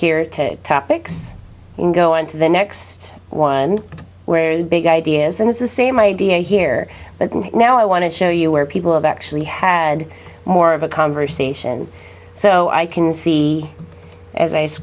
here topics go on to the next one where big ideas and it's the same idea here but now i want to show you where people have actually had more of a conversation so i can see as